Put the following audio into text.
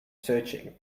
searching